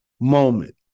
moment